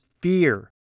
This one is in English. fear